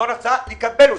לא רצה לקבל אותי.